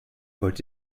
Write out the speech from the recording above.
wollt